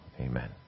amen